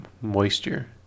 moisture